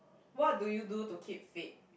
what do you do to keep fit